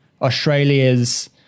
Australia's